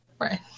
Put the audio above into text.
Right